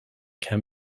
can